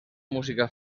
música